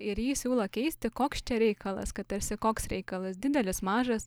ir jį siūlo keisti koks čia reikalas kad tarsi koks reikalas didelis mažas